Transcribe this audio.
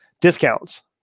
discounts